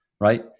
right